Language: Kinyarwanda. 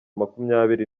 makumyabiri